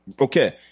Okay